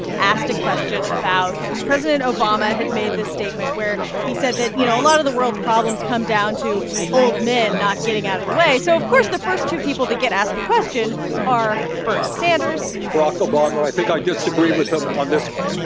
asked a question about president obama had made this statement where he said that, you know, a lot of the world's problems come down to old men not getting out of the way. so, of course, the first two people to get asked the question are bernie sanders. barack obama i think i disagree with him on this one